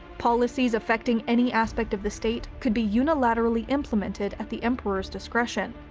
policies affecting any aspect of the state could be unilaterally implemented at the emperor's discretion.